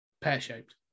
pear-shaped